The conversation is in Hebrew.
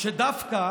שדווקא